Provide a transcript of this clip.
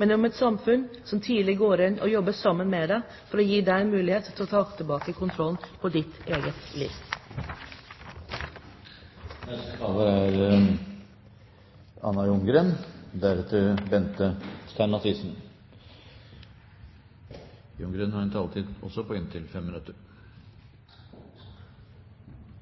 men om et samfunn som tidlig går inn og jobber sammen med deg for å gi deg en mulighet til å ta tilbake kontrollen over ditt eget liv. Et av de største problemene vi har i samfunnet vårt, er